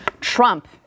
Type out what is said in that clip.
Trump